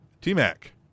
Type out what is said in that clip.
T-Mac